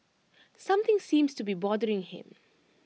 something seems to be bothering him